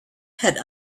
had